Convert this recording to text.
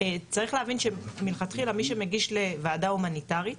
מי שמגיש לוועדה ההומניטארית